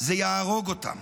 זה יהרוג אותם.